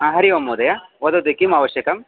ह हरिः ओं महोदय वदतु किम् आवश्यकम्